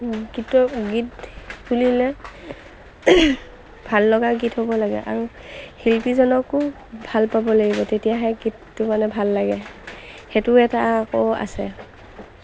গীত গীত বুলিলে ভাল লগা গীত হ'ব লাগে আৰু শিল্পীজনকো ভাল পাব লাগিব তেতিয়াহে গীতটো মানে ভাল লাগে সেইটো এটা আকৌ আছে